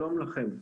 שלום לכם.